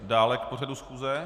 Dále k pořadu schůze?